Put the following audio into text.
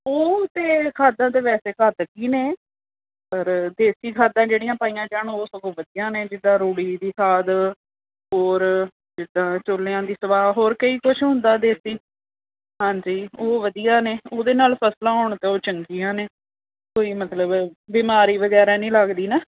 ਉਹ ਤਾਂ ਖਾਦਾਂ ਤਾਂ ਵੈਸੇ ਘਾਤਕ ਹੀ ਨੇ ਪਰ ਦੇਸੀ ਖਾਦਾਂ ਜਿਹੜੀਆਂ ਪਾਈਆਂ ਜਾਣ ਉਹ ਸਗੋਂ ਵਧੀਆ ਨੇ ਜਿੱਦਾਂ ਰੁੜ੍ਹੀ ਦੀ ਖਾਦ ਹੋਰ ਜਿੱਦਾਂ ਚੁੱਲ੍ਹਿਆਂ ਦੀ ਸੁਆਹ ਹੋਰ ਕਈ ਕੁਛ ਹੁੰਦਾ ਦੇਸੀ ਹਾਂਜੀ ਉਹ ਵਧੀਆ ਨੇ ਉਹਦੇ ਨਾਲ ਫਸਲਾਂ ਹੋਣ ਤਾਂ ਉਹ ਚੰਗੀਆਂ ਨੇ ਕੋਈ ਮਤਲਬ ਬਿਮਾਰੀ ਵਗੈਰਾ ਨਹੀਂ ਲੱਗਦੀ ਨਾ